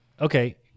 okay